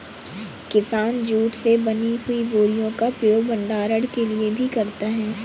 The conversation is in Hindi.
किसान जूट से बनी हुई बोरियों का प्रयोग भंडारण के लिए भी करता है